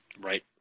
right